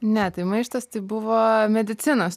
ne tai maištas tai buvo medicinos